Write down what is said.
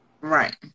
Right